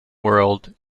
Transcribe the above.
world